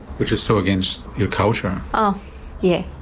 which is so against your culture. oh yeah,